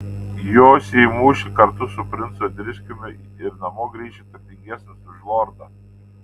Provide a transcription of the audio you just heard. josi į mūšį kartu su princu driskiumi ir namo grįši turtingesnis už lordą